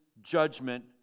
judgment